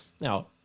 Now